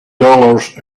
dollars